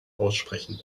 aussprechen